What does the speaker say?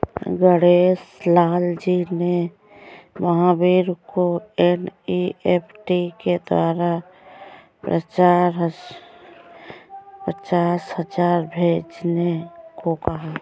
गणेश लाल जी ने महावीर को एन.ई.एफ़.टी के द्वारा पचास हजार भेजने को कहा